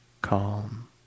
calm